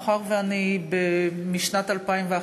מאחר שאני משנת 2001,